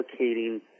allocating